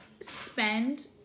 spend